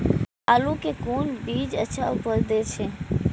आलू के कोन बीज अच्छा उपज दे छे?